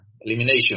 elimination